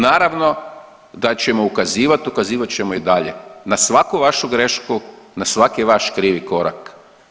Naravno da ćemo ukazivati, ukazivat ćemo i dalje na svaku vašu grešku, na svaki vaš krivi korak.